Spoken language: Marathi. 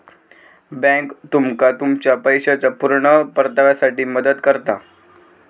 बॅन्क तुमका तुमच्या पैशाच्या पुर्ण परताव्यासाठी मदत करता